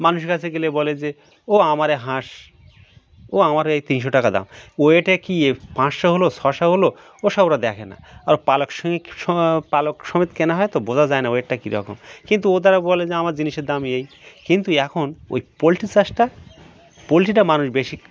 মানুষের কাছে গেলে বলে যে ও আমার এ হাঁস ও আমার এই তিনশো টাকা দাম ওয়েটে কী পাঁচশো হলো ছশো হলো ওসব ওরা দেখে না ওর পালক সংঙ্গে পালক সমেত কেনা হয় তো বোঝা যায় না ওয়েটটা কীরকম কিন্তু ওরা বলে যে আমার জিনিসের দাম এই কিন্তু এখন ওই পোলট্রি চাষটা পোলট্রিটা মানুষ বেশি